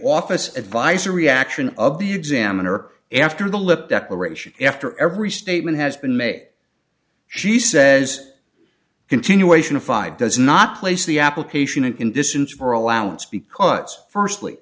office advice reaction of the examiner after the lip declaration after every statement has been made she says continuation of fide does not place the application in conditions for allowance because firstly